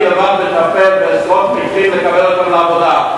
אני לבדי מטפל בעשרות מקרים, לקבל אותם לעבודה.